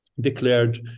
declared